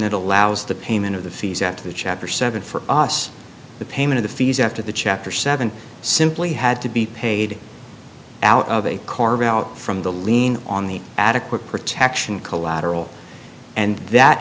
that allows the payment of the fees after the chapter seven for us the payment of fees after the chapter seven simply had to be paid out of a carve out from the lien on the adequate protection collateral and that